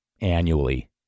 annually